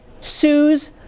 sues